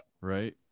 Right